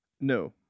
No